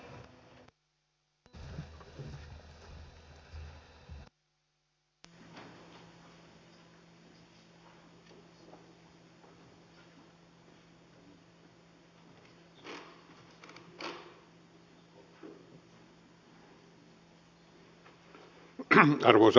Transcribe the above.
arvoisa rouva puhemies